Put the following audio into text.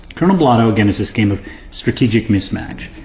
colonel blotto again is this game of strategic mismatch.